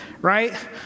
right